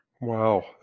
Wow